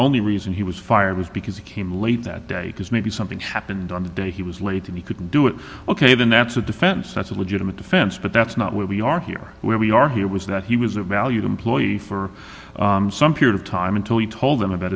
only reason he was fired was because he came late that day because maybe something happened on the day he was late and he couldn't do it ok the next the defense that's a legitimate defense but that's not where we are here where we are here was that he was a valued employee for some period of time until he told him about